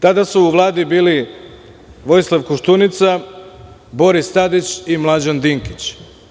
Tada su u Vladi bili Vojislav Koštunica, Boris Tadić i Mlađan Dinkić.